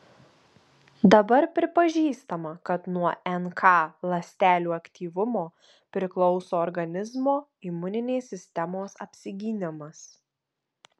dabar pripažįstama kad nuo nk ląstelių aktyvumo priklauso organizmo imuninės sistemos apsigynimas